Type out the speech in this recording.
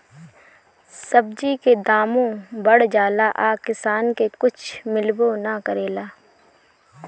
सब्जी के दामो बढ़ जाला आ किसान के कुछ मिलबो ना करेला